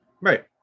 Right